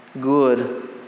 good